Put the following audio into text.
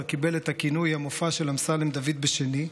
קיבל את הכינוי "המופע של אמסלם דוד בשני",